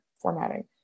formatting